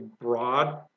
broad